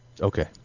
Okay